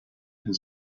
his